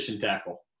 tackle